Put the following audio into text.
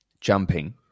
jumping